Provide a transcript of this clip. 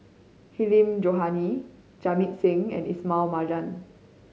Hilmi Johandi Jamit Singh and Ismail Marjan